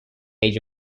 age